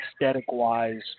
aesthetic-wise